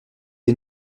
des